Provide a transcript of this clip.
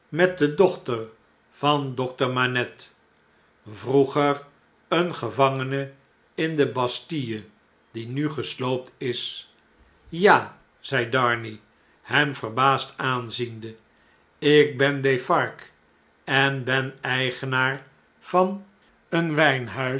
met de dochter van dokter manette vroeger een gevangene in de bastille die nu geslooptis ja zei darnay hem verbaasd aanziende ik ben defarge en ben eigenaar van een